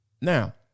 Now